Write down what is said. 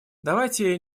давайте